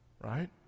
right